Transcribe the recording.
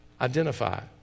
Identify